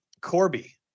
Corby